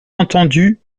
entendu